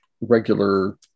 regular